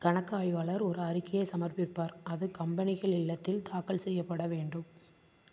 கணக்காய்வாளர் ஒரு அறிக்கையை சமர்ப்பிப்பார் அது கம்பெனிகள் இல்லத்தில் தாக்கல் செய்யப்பட வேண்டும்